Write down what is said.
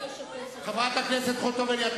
חברת הכנסת חוטובלי, את